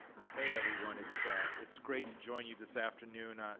hey everyone. it's it's great to join you this afternoon.